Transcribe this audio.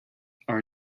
are